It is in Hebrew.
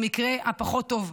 במקרה הפחות טוב,